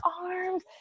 arms